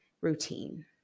routine